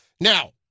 Now